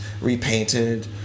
repainted